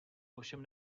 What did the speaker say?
ovšem